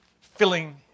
filling